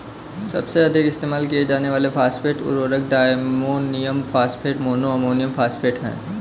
सबसे अधिक इस्तेमाल किए जाने वाले फॉस्फेट उर्वरक diammonium phosphate, mono ammonium phosphate हैं